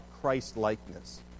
Christ-likeness